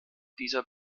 dieser